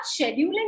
scheduling